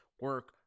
Work